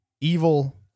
Evil